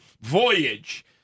voyage